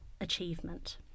achievement